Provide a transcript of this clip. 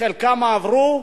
חלקם עברו,